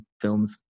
films